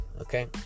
okay